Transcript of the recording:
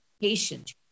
patient